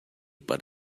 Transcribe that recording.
but